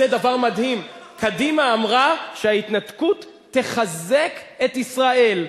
זה דבר מדהים: קדימה אמרה שההתנתקות תחזק את ישראל.